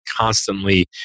constantly